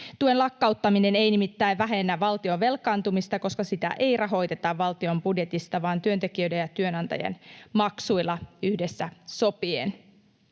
Tuen lakkauttaminen ei nimittäin vähennä valtion velkaantumista, koska sitä ei rahoiteta valtion budjetista vaan työntekijöiden ja työnantajien maksuilla yhdessä sopien.